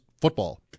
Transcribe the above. football